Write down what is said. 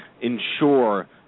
ensure